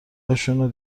هاشونو